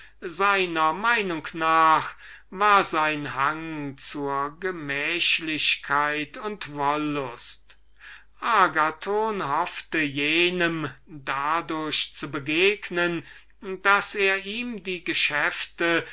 seiner meinung nach war sein übermäßiger hang zur gemächlichkeit und wollust er hoffte dem ersten dadurch zu begegnen daß er ihm die geschäfte